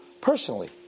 personally